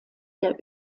der